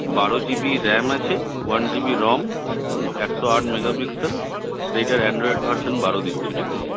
বারো G B RAM আছে one T B ROM হুম একশো আট মেগাপিক্সেল এটার অ্যান্ড্রয়েড ভার্সান বারো দিচ্ছে ঠিক আছে